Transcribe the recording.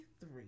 three